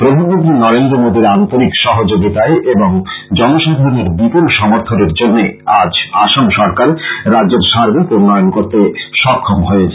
প্রধানমন্ত্রী নরেন্দ্র মোদীর আন্তরিক সহযোগিতায় এবং জনসাধারণের বিপুল সমর্থনের জন্য আজ আসাম সরকার রাজ্যের সার্বিক উন্নয়ন করতে সক্ষম হয়েছে